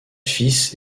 fils